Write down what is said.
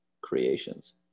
creations